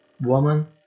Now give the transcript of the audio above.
woman